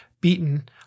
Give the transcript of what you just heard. beaten